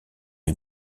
est